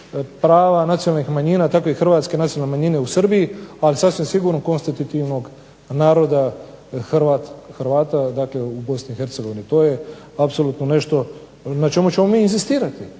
prava nacionalnih manjina tako i hrvatske nacionalne manjine u Srbiji, ali sasvim sigurno konstitutivnog naroda Hrvata dakle u Bosni i Hercegovini. To je apsolutno nešto na čemu ćemo mi inzistirati